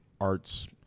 arts